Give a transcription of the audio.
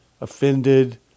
offended